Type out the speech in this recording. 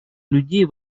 людей